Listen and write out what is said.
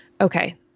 okay